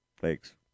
Thanks